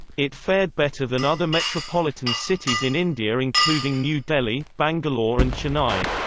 it fared better than other metropolitan cities in india including new delhi, bangalore and chennai.